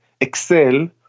excel